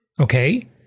Okay